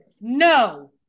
no